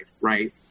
right